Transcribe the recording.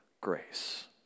grace